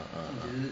uh uh